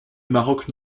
maroc